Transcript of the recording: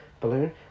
balloon